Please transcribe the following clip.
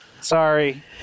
sorry